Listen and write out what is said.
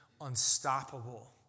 unstoppable